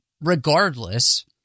regardless